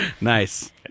Nice